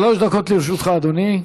שלוש דקות לרשותך, אדוני.